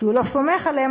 כי הוא לא סומך עליהם,